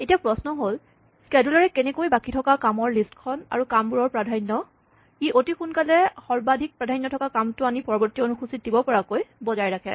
এতিয়া প্ৰশ্ন হ'ল ক্সেডোলাৰে কেনেকৈ বাকী থকা কামৰ লিষ্টখন আৰু কামবোৰৰ প্ৰাধান্য ই অতি সোনকালে সৰ্বাধিক প্ৰাধান্য থকা কামটো আনি পৰবৰ্তী অনুসূচীত দিব পৰাকৈ বজাই ৰাখে